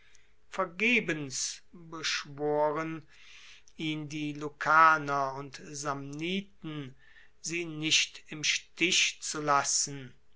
vergebens beschworen ihn die lucaner und samniten sie nicht im stich zu lassen